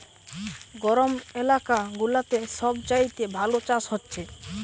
গরম এলাকা গুলাতে সব চাইতে ভালো চাষ হচ্ছে